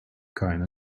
keine